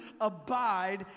abide